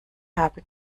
habe